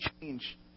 change